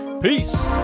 Peace